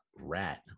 Rat